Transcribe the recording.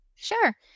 Sure